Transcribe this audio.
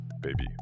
baby